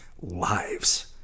lives